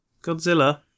Godzilla